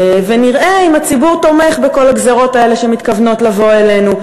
ונראה אם הציבור תומך בכל הגזירות האלה שמתכוונות לבוא אלינו.